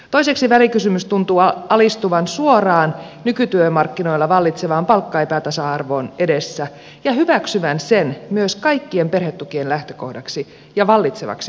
toiseksi välikysymys tuntuu alistuvan suoraan nykytyömarkkinoilla vallitsevan palkkaepätasa arvon edessä ja hyväksyvän sen myös kaikkien perhetukien lähtökohdaksi ja vallitsevaksi olotilaksi